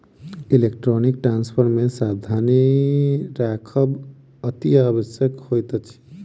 electronic transfer मे सावधानी राखब अतिआवश्यक होइत अछि